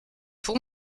pour